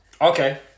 Okay